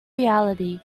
reality